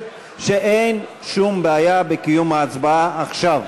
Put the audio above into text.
היא שאין שום בעיה בקיום ההצבעה עכשיו.